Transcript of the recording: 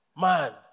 man